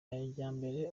majyambere